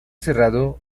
cerrado